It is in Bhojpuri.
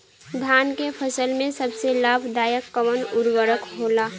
धान के फसल में सबसे लाभ दायक कवन उर्वरक होला?